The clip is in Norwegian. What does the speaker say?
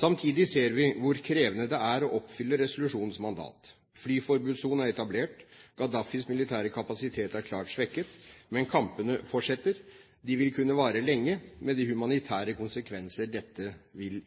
Samtidig ser vi hvor krevende det er å oppfylle resolusjonenes mandat. Flyforbudssonen er etablert. Gaddafis militære kapasitet er klart svekket. Men kampene fortsetter. De vil kunne vare lenge, med de humanitære konsekvenser dette vil